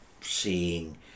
seeing